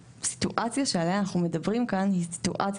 הסיטואציה שעליה אנחנו מדברים כאן היא סיטואציה